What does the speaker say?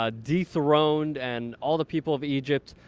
ah dethroned and all the people of egypt